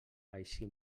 així